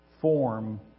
form